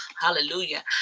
Hallelujah